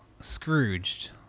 Scrooged